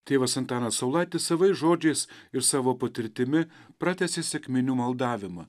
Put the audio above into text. tėvas antanas saulaitis savais žodžiais ir savo patirtimi pratęsė sekminių maldavimą